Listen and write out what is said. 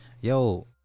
Yo